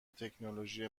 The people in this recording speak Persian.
تکنولوژی